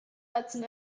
ahcun